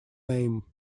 name